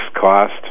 cost